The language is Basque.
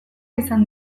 izan